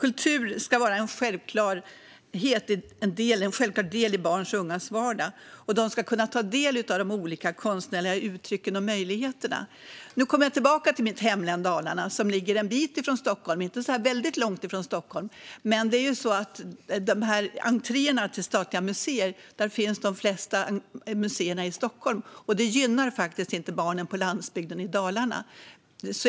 Fru talman! Kultur ska vara en självklar del av barns och ungas vardag. De ska kunna ta del av de olika konstnärliga uttrycken och möjligheterna. Jag återkommer till mitt hemlän Dalarna, som ligger en bit ifrån Stockholm, men inte så väldigt långt därifrån. När det gäller fri entré till statliga museer finns ju de flesta av dessa museer i Stockholm, och det gynnar inte barnen på landsbygden i Dalarna.